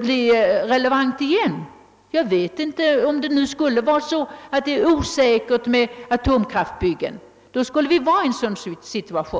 bli relevant igen. Om det t.ex. skulle visa sig vara osäkert med byggande av atomkraftverk, då skulle vi vara i en sådan situation.